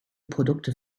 produkte